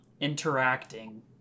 Interacting